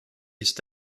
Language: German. ist